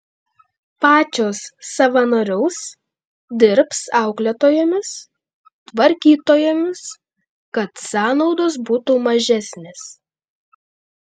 pačios savanoriaus dirbs auklėtojomis tvarkytojomis kad sąnaudos būtų mažesnės